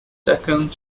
second